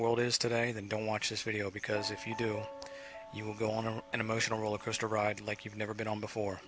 world is today then don't watch this video because if you do you will go on an emotional rollercoaster ride like you've never been on before